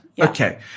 Okay